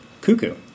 cuckoo